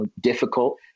difficult